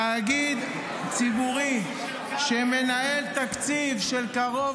-- תאגיד ציבורי שמנהל תקציב של קרוב